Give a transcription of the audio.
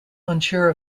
unsure